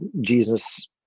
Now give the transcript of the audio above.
Jesus